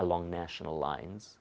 along national lines